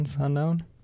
unknown